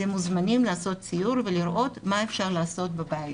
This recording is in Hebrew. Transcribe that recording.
אתם מוזמנים לעשות סיור ולראות מה אפשר לעשות בבית,